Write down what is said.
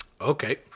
Okay